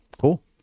cool